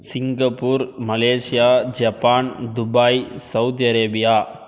Singapore Malaysia Japan Dubai Saudi Arabia